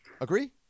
Agree